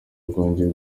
rwongeye